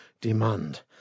demand